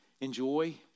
enjoy